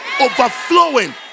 Overflowing